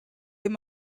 they